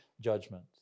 judgment